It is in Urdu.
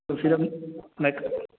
تو پھر اب میں